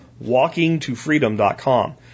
walkingtofreedom.com